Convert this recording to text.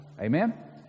Amen